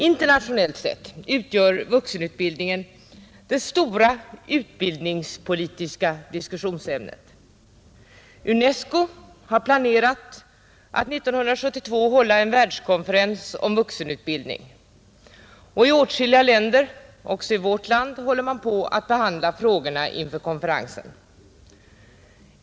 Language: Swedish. Internationellt sett utgör vuxenutbildningen det stora utbildningspolitiska diskussionsämnet. UNESCO har planerat att 1972 hålla en världskonferens om vuxenutbildning, och i åtskilliga länder, också i vårt, håller man på att behandla frågorna inför konferensen.